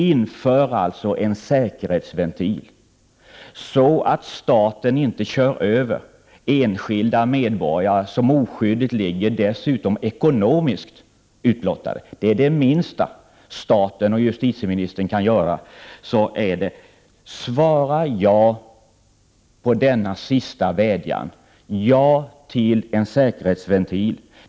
Inför alltså en säkerhetsventil så att staten inte kör över enskilda medborgare, som oskyldigt dessutom blir ekonomiskt utblottade. Det minsta staten och justitieministern kan göra är att svara ja på denna sista vädjan, ja till en säkerhetsventil.